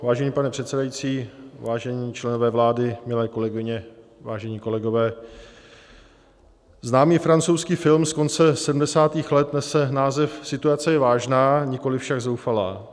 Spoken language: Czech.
Vážený pane předsedající, vážení členové vlády, milé kolegyně, vážení kolegové, známý francouzský film z konce sedmdesátých let nese název Situace je vážná, nikoliv však zoufalá.